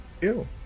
Ew